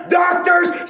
doctors